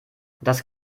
das